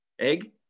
Egg